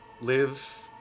live